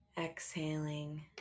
exhaling